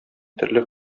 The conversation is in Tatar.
төрле